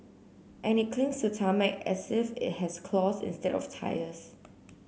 and it clings to tarmac as if it has claws instead of tyres